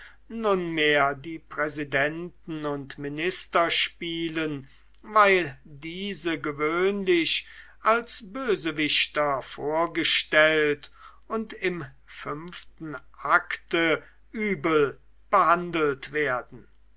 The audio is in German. nunmehr die präsidenten und minister spielen weil diese gewöhnlich als bösewichter vorgestellt und im fünften akte übel behandelt werden